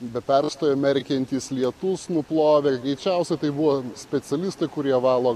be perstojo merkiantis lietus nuplovė greičiausia tai buvo specialistai kurie valo